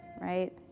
right